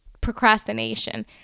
procrastination